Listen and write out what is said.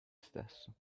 stesso